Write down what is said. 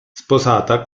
sposata